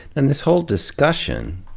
and this whole discussion,